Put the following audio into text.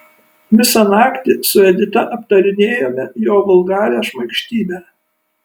visą naktį su edita aptarinėjome jo vulgarią šmaikštybę